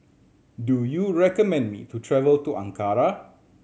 do you recommend me to travel to Ankara